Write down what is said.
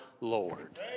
Lord